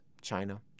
China